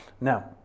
Now